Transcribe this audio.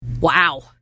Wow